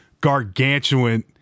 gargantuan